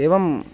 एवम्